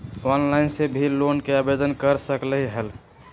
Online से भी loan के आवेदन कर सकलीहल?